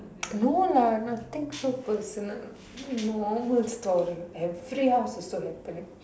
no lah nothing so personal normal story every house also happening